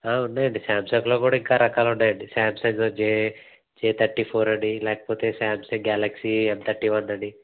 ఉన్నాయండి సామ్సంగ్లో కూడా ఇంకా రకాలు ఉన్నాయి అండి Samsung J J thirty four అని లేకపోతే Samsung Galaxy M thirty one అని